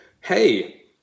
hey